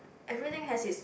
everything has its